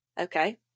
Okay